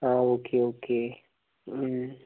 okay okay